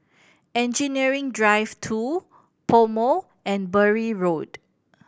Engineering Drive Two PoMo and Bury Road